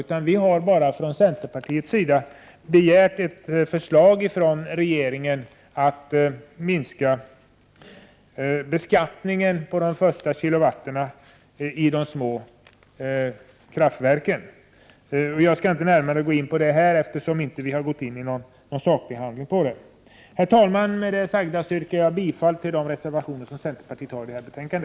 Centern har därför bara begärt förslag från regeringen om att de första 500 000 kWh el som produceras i de små kraftverken skall skattebefrias. Jag skall inte närmare gå in på detta nu, eftersom utskottet inte har sakbehandlat denna fråga. Herr talman! Med det anförda yrkar jag bifall till de reservationer som centern står bakom i detta betänkande.